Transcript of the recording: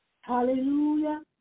Hallelujah